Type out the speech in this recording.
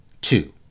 Two